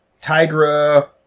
Tigra